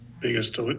Biggest